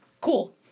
cool